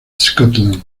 scotland